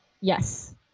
Yes